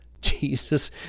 Jesus